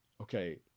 Okay